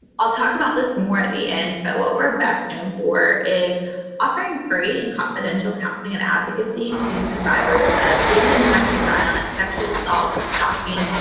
i'll talk about this more at the end, but what we're best known for is offering free and confidential counseling and advocacy to survivors of dating and domestic violence, sexual assault, stalking,